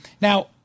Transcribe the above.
Now